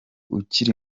ukiri